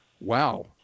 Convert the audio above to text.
wow